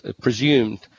presumed